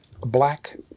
black